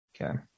Okay